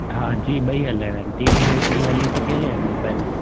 हा जी ॿई हलाइणा आहिनि टी वी में बि हली सघे ऐं मोबाइल में